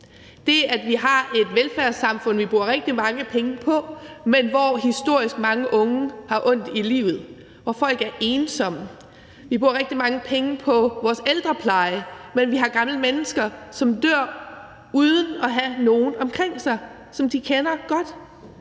Det, at vi har et velfærdssamfund, vi bruger rigtig mange penge på, men hvor historisk mange unge har ondt i livet; hvor folk er ensomme. Vi bruger rigtig mange penge på vores ældrepleje, men vi har gamle mennesker, som dør uden at have nogen omkring sig, som de kender godt.